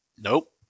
Nope